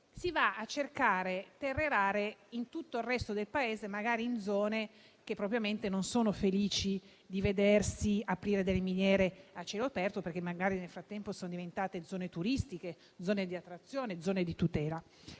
si vanno a cercare terre rare in tutto il resto del Paese, magari in zone che non sono proprio felici di veder aprire delle miniere a cielo aperto, perché magari, nel frattempo, sono diventate zone turistiche, zone di attrazione, zone di tutela.